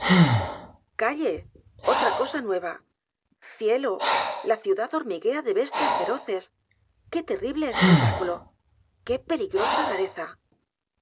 calle otra cosa nueva cielo la ciudad hormiguea de bestias feroces qué terrible espectáculo qué peligrosa rareza